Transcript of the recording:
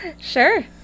sure